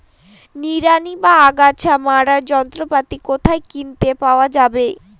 নিড়ানি বা আগাছা মারার যন্ত্রপাতি কোথায় কিনতে পাওয়া যাবে?